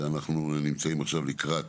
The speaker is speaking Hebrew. ועכשיו אנחנו נמצאים לקראת